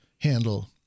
handle